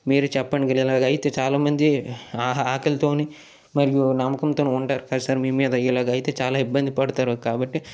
మీరు చెప్పండి కానీ ఇలాగైతే చాలామంది అహా ఆకలితోని మరియు నమ్మకంతోని ఉంటారు కద సార్ మీ మీద ఇలాగైతే చాలా ఇబ్బంది పడతారు కాబట్టి